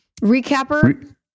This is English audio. Recapper